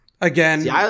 again